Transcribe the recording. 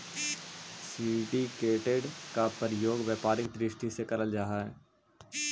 syndicated के प्रयोग व्यापारिक दृष्टि से करल जा हई